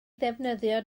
ddefnyddio